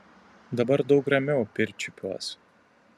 dabar daug ramiau pirčiupiuos